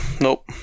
Nope